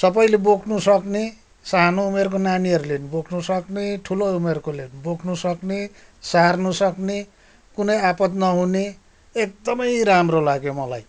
सबैले बोक्नु सक्ने सानो उमेरको नानीहरूले नि बोक्नु सक्ने ठुलो उमेरकोले पनि बोक्नु सक्ने सार्नु सक्ने कुनै आपद नहुने एकदमै राम्रो लाग्यो मलाई